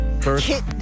First